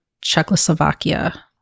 Czechoslovakia